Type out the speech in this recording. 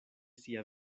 sia